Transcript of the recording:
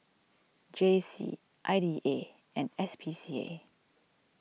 J C I D A and S P C A